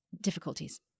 difficulties